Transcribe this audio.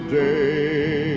day